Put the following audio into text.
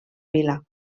vila